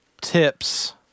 tips